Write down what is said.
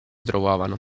trovavano